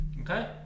okay